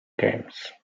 games